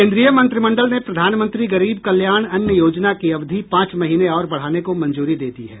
केन्द्रीय मंत्रिमंडल ने प्रधानमंत्री गरीब कल्याण अन्न योजना की अवधि पांच महीने और बढ़ाने को मंजूरी दे दी है